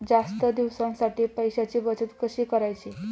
जास्त दिवसांसाठी पैशांची बचत कशी करायची?